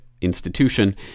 institution